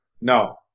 No